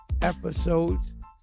episodes